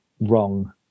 wrong